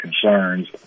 concerns